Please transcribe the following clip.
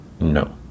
No